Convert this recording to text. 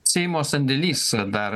seimo sandėlys dar